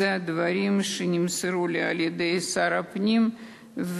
אלו הדברים שנמסרו לי על-ידי שר הפנים,